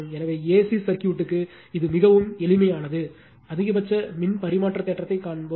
எனவே AC சர்க்யூட்க்கு இது மிகவும் எளிமையானது அதிகபட்ச மின் பரிமாற்ற தேற்றத்தைக் காண்போம்